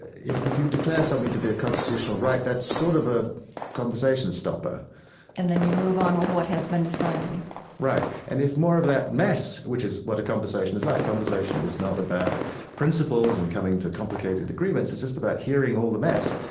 if if you declare something to be a constitutional right, that's sort of a conversation stopper and then you move on with what has been decided right. and if more of that mess, which is what a conversation is like conversation is not about principles and coming to complicated agreements, it's just about hearing all the mess.